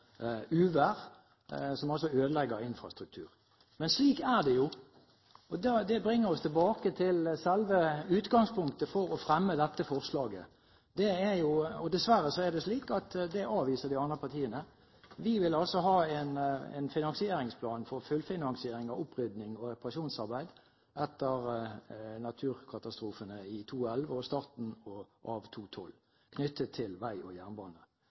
uvær som ødelegger infrastruktur. Men slik er det jo, og det bringer oss tilbake til selve utgangspunktet for å fremme dette forslaget. Dessverre er det slik at det avviser de andre partiene. Vi vil ha en finansieringsplan for fullfinansiering av opprydning og reparasjonsarbeid etter naturkatastrofene i 2011 og starten av 2012 knyttet til vei og jernbane.